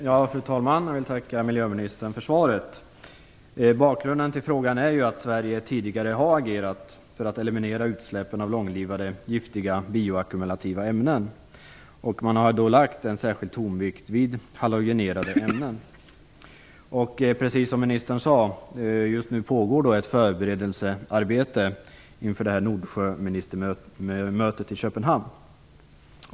Fru talman! Jag tackar miljöministern för svaret. Bakgrunden till frågan är att Sverige tidigare har agerat för att eliminera utsläppen av långlivade giftiga bioackumulativa ämnen. Man har då lagt en särskild tonvikt vid halogenerade ämnen. Just nu pågår, precis som ministern sade, ett förberedelsearbete inför Nordsjöministermötet i Köpenhamn.